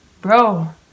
bro